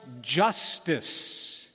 justice